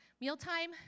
Mealtime